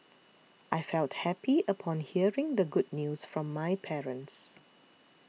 I felt happy upon hearing the good news from my parents